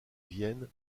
vienne